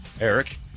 Eric